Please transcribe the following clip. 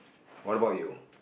what about you